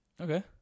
Okay